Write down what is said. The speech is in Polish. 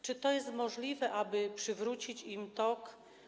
Czy to jest możliwe, aby przywrócić im tok?